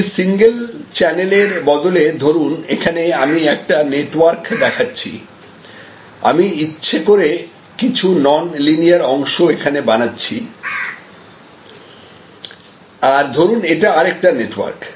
একটি সিঙ্গেল চ্যানেলের বদলে ধরুন এখানে আমি একটা নেটওয়ার্ক দেখাচ্ছি আমি ইচ্ছে করে কিছু নন লিনিয়ার অংশ এখানে বানাচ্ছি আর ধরুন এটা আরেকটা নেটওয়ার্ক